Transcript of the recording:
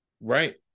right